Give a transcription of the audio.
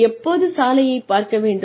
எப்போது சாலையை பார்க்க வேண்டும்